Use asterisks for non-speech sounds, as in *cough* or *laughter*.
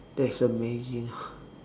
that's amazing *laughs*